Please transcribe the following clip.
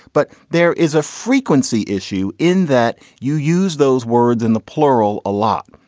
but there is a frequency issue in that you use those words in the plural a lot.